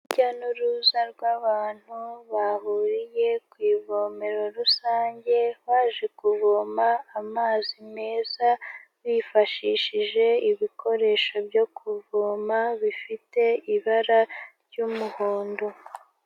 Urujya n'uruza rw'abantu bahuriye ku ivomero rusange baje kuvoma amazi meza bifashishije ibikoresho byo kuvoma bifite ibara ry'umuhondo.